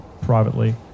privately